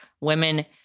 women